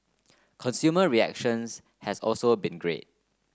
consumer reactions has also been great